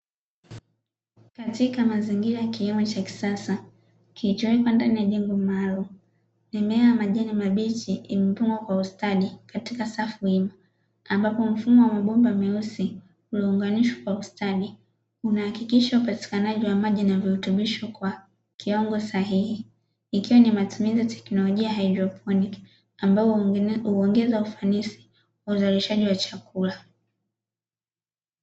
Katika mazingira kilimo cha kisasa kilichowekwa ndani ya jengo maalum, mimea ya majani mabichi imepwagwa kwa ustadi katika safu hii, ambapo mfumo wa mabomba meusi uliounganishwa kwa ustadi, unahakikisha upatikanaji wa maji na virutubisho kwa kiwango sahihi, ikiwa ni matumizi ya teknolojia haidroponiki ambao huongeza ufanisi wa uzalishaji wa chakula.